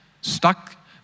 Stuck